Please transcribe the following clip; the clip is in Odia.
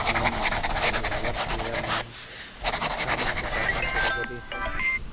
ପେନ୍ ଯୋଗାବାର୍ ସୁବିଧା ନେଇନ ଛୁଆମାନଙ୍କୁ ପାଠ୍ ନି ପଢ଼େଇ କରିି